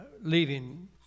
leaving